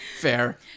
Fair